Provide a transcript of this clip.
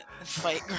fight